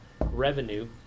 revenue